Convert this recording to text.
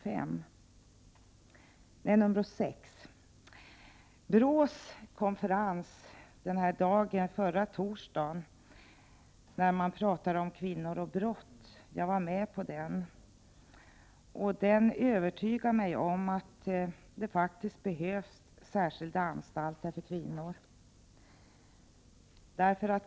Jag deltog i BRÅ:s konferens förra torsdagen, då det talades om kvinnor och brott, och jag övertygades då om att det faktiskt behövs särskilda anstalter för kvinnor.